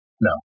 No